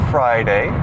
Friday